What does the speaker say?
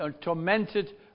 tormented